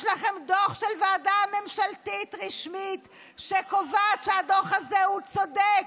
יש לכם דוח של ועדה ממשלתית רשמית שקובעת שהדוח הזה הוא צודק,